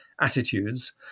attitudes